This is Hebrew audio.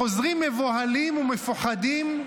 הם חוזרים מבוהלים ומפוחדים,